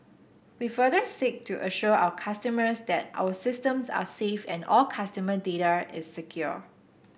we further seek to assure our customers that our systems are safe and all customer data is secure